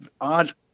odd